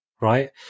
right